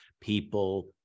people